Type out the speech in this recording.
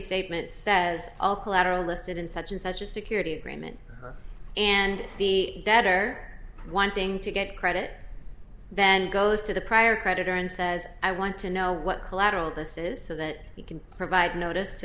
statement says all collateral listed in such and such a security agreement and the debtor wanting to get credit then goes to the prior creditor and says i want to know what collateral this is so that you can provide notice to